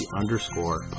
underscore